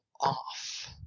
off